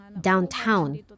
downtown